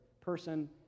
person